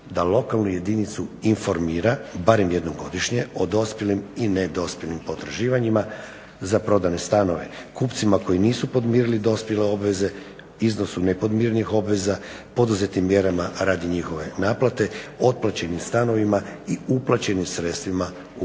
da lokalnu jedinicu informira barem jednom godišnje o dospjelim i nedospjelim potraživanjima za prodane stanove, kupcima koji nisu podmirili dospjele obveze iznosu nepodmirenih obveza, poduzetim mjerama radi njihove naplate, otplaćenim stanovima i uplaćenim sredstvima u